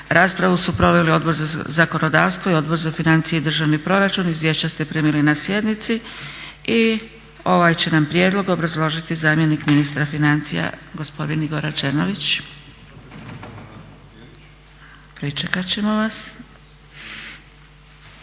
Raspravu su proveli Odbor za zakonodavstvo i Odbor za financije i državni proračun. Izvješća ste primili na sjednici. I ovaj će nam prijedlog obrazložiti zamjenik ministra financija gospodin Igor Rađenović. …/Govornici govore